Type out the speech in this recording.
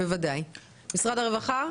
משרד הרווחה?